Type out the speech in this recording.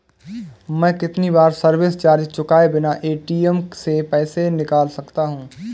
मैं कितनी बार सर्विस चार्ज चुकाए बिना ए.टी.एम से पैसे निकाल सकता हूं?